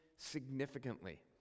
significantly